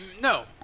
No